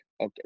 okay